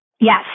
Yes